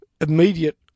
immediate